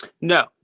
No